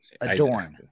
Adorn